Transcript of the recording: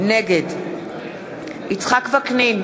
נגד יצחק וקנין,